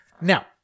Now